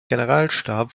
generalstab